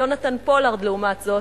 יונתן פולארד, לעומת זאת,